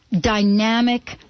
dynamic